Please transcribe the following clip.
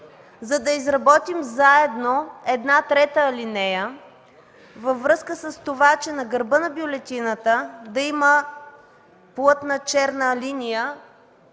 за да изработим заедно една трета алинея, във връзка с това, че на гърба на бюлетината да има плътна черна линия,